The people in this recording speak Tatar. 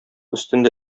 өстендә